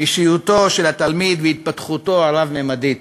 אישיותו של התלמיד והתפתחותו הרב-ממדית.